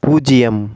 பூஜ்யம்